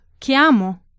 Chiamo